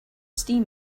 steam